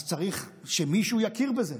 אז צריך שמישהו יכיר בזה.